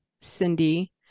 cindy